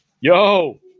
Yo